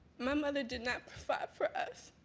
my mother did not provide for us,